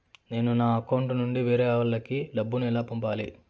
నేను నా అకౌంట్ నుండి వేరే వాళ్ళకి డబ్బును ఎలా పంపాలి?